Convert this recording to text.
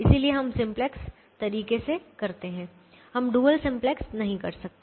इसलिए हम सिंपलेक्स तरीके से करते हैं हम डुअल सिंपलेक्स नहीं कर सकते